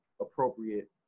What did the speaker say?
appropriate